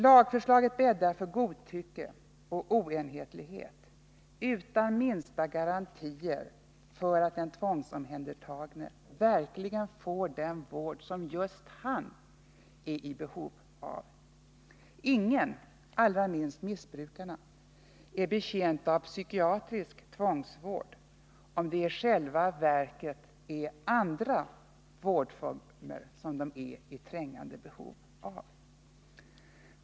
Lagförslaget bäddar för godtycke och oenhetlighet utan minsta garantier för att den tvångsomhändertagne verkligen får den vård som just han är i behov av. Inga, allra minst missbrukarna, är betjänta av psykiatrisk tvångsvård — om det i själva verket är andra vårdformer de är i trängande behov av.